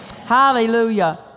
Hallelujah